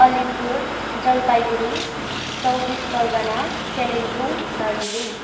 अलिपुर जलपाइगढी चौबिस परगना कालिम्पोङ दार्जिलिङ